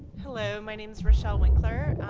hello. my name is richelle winkler.